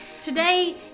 Today